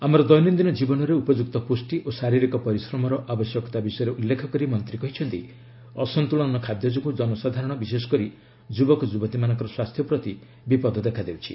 ଆମର ଦୈନନ୍ଦିନ ଜୀବନରେ ଉପଯୁକ୍ତ ପୁଷ୍ଟି ଓ ଶାରୀରିକ ପରିଶ୍ରମର ଆବଶ୍ୟକତା ବିଷୟରେ ଉଲ୍ଲେଖ କରି ମନ୍ତ୍ରୀ କହିଛନ୍ତି ଅସନ୍ତୁଳନ ଖାଦ୍ୟ ଯୋଗୁଁ ଜନସାଧାରଣ ବିଶେଷକରି ଯୁବକ ଯୁବତୀମାନଙ୍କର ସ୍ୱାସ୍ଥ୍ୟ ପ୍ରତି ବିପଦ ଦେଖାଦେଉଛି